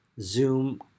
Zoom